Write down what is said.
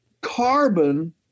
carbon